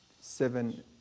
seven